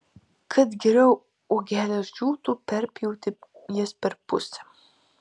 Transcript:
kad geriau uogelės džiūtų perpjauti jas per pusę